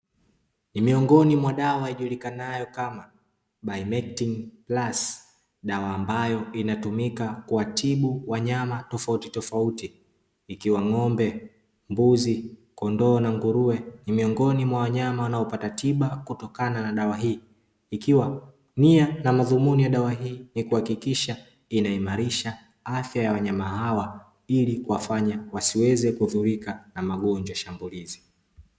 Ni miongoni mwa dawa ijulikanayo kama "Bimectin Plus" dawa ambayo inatumika kuwatibu wanyama tofauti tofauti, ikiwa ng'ombe, mbuzi, kondoo, na nguruwe ni miongoni mwa wanyama wanaopata tiba kutokana na dawa hii, ikiwa nia na madhumuni ya dawa hii ni kuhakikisha inaimarisha afya ya wanyama hawa ili kuwafanya wasiweze kudhurika na magonjwa shambulizi.